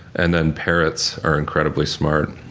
and then parrots are incredibly smart.